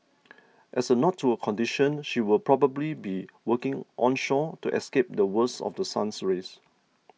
as a nod to her condition she will probably be working onshore to escape the worst of The Sun's rays